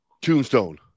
Tombstone